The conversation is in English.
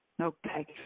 Okay